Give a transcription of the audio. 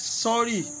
sorry